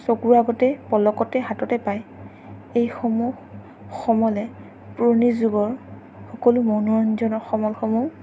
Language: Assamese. চকুৰ আগতে পলকতে হাততে পায় এইসমূহ সমলে পুৰণি যুগৰ সকলো মনোৰঞ্জনৰ সমলসমূহ